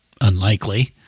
Unlikely